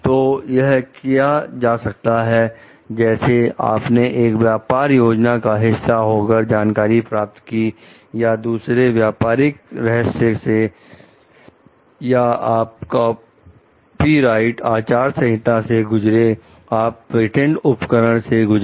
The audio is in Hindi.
तो यह किया जा सकता है जैसे आपने एक व्यापार योजना का हिस्सा होकर जानकारी प्राप्त की या दूसरे व्यापारिक रहस्य से या आप कॉपीराइट आचार संहिता से गुजरे आप पेटेंट उपकरण से गुजरे